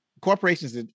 corporations